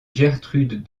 gertrude